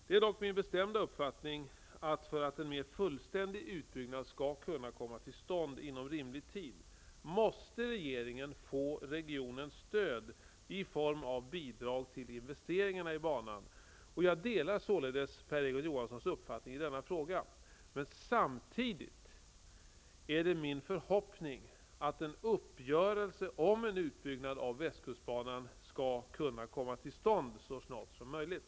Det är dock min bestämda uppfattning att för att en mer fullständig utbyggnad skall kunna komma till stånd inom rimlig tid måste regeringen få regionens stöd i form av bidrag till investeringarna i banan, och jag delar således Per Egon Johanssons uppfattning i denna fråga. Samtidigt är det min förhoppning att en uppgörelse om en utbyggnad av västkustbanan skall kunna komma till stånd så snart som möjligt.